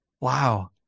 Wow